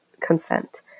consent